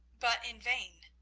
but in vain.